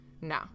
no